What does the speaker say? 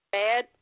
bad